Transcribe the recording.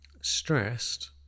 stressed